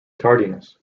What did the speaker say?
tardiness